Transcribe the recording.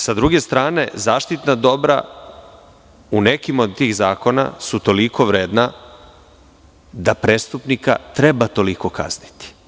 Sa druge strane, zaštitna dobra u nekim od tih zakona su toliko vredna da prestupnika treba toliko kazniti.